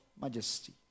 majesty